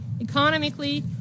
economically